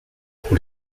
pour